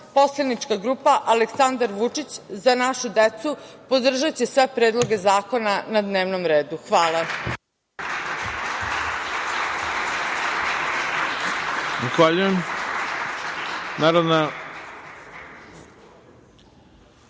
poslanička grupa Aleksandar Vučić - Za našu decu, podržaće sve predloge zakona na dnevnom redu. Hvala. **Ivica